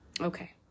Okay